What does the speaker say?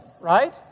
right